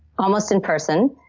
almost in person.